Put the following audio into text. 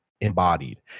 embodied